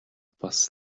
бас